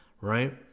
right